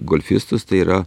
golfistus tai yra